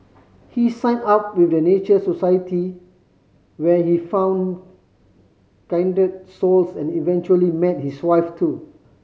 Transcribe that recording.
he signed up with the Nature Society where he found kindred souls and eventually met his wife too